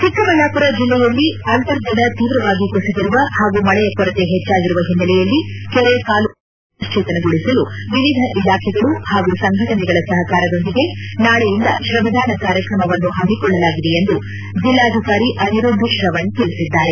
ಚಿಕ್ಕಬಳ್ಳಾಪುರ ಜಿಲ್ಲೆಯಲ್ಲಿ ಅಂತರ್ಜಲ ತೀವ್ರವಾಗಿ ಕುಸಿದಿರುವ ಹಾಗೂ ಮಳೆಯ ಕೊರತೆ ಹೆಚ್ಚಾಗಿರುವ ಹಿನ್ನೆಲೆಯಲ್ಲಿ ಕೆರೆ ಕಾಲುವೆ ಕಲ್ಮಾಣಿಗಳನ್ನು ಪುನಶ್ವೇತನಗೊಳಿಸಲು ವಿವಿಧ ಇಲಾಖೆಗಳು ಹಾಗೂ ಸಂಘಟನೆಗಳ ಸಹಕಾರದೊಂದಿಗೆ ನಾಳೆಯಿಂದ ತ್ರಮದಾನ ಕಾರ್ಯಕ್ರಮ ಹಮ್ಮಿಕೊಳ್ಳಲಾಗಿದೆ ಎಂದು ಜಿಲ್ಲಾಧಿಕಾರಿ ಅನಿರುದ್ದ ಶ್ರವಣ್ ತಿಳಿಸಿದ್ದಾರೆ